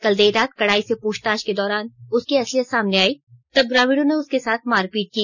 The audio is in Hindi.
कल देर रात कड़ाई से पूछताछ के के दौरान उसकी असलियत सामने आई तब ग्रामीणों ने उसके साथ मारपीट की